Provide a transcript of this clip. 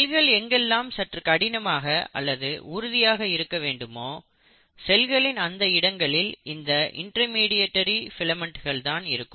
செல்கள் எங்கெல்லாம் சற்று கடினமாக அல்லது உறுதியாக இருக்க வேண்டுமோ செல்களின் அந்த இடங்களில் இந்த இன்டர்மீடியரி ஃபிலமெண்ட்கள் இருக்கும்